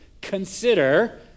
Consider